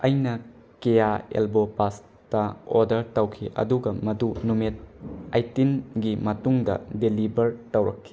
ꯑꯩꯅ ꯀꯦꯌꯥ elbow pasta order ꯇꯧꯈꯤ ꯑꯗꯨꯒ ꯃꯗꯨ ꯅꯨꯃꯤꯠ ꯑꯩꯠꯇꯤꯟꯒꯤ ꯃꯇꯨꯡꯗ ꯗꯤꯂꯤꯕꯔ ꯇꯧꯔꯛꯈꯤ